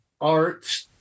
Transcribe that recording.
art